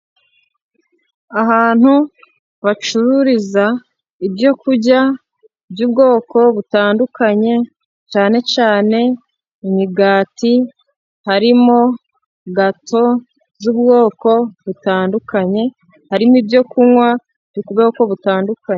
Ahantu bacururiza ibyo kurya by'ubwoko butandukanye, cyane cyane imigati, harimo gato z'ubwoko butandukanye, harimo ibyo kunywa by'ubwoko butandukanye.